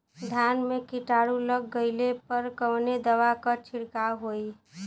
धान में कीटाणु लग गईले पर कवने दवा क छिड़काव होई?